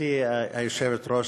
גברתי היושבת-ראש,